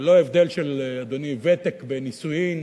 ללא הבדל של, אדוני, ותק בנישואין,